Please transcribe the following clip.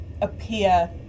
appear